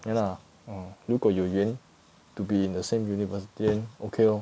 ya lah mm 如果有缘 to be in the same university then okay lor